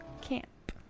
Camp